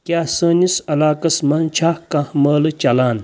کیٛاہ سٲنِس علاقس منٛز چھا کانٛہہ مٲلہٕ چَلان